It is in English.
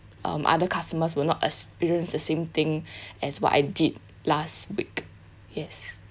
um other customers will not experience the same thing as what I did last week yes